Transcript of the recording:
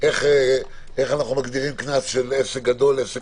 איך אנחנו מגדירים קנס של עסק גדול ועסק